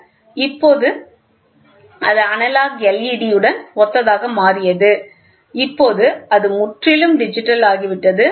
எனவே இப்போது பின்னர் அது அனலாக் led உடன் ஒத்ததாக மாறியது இப்போது அது முற்றிலும் டிஜிட்டலாகிவிட்டது